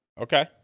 Okay